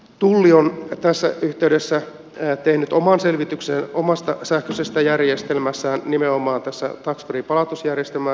tulli on tässä yhteydessä tehnyt oman selvityksen omasta sähköisestä järjestelmästään nimenomaan tax free palautusjärjestelmään liit tyen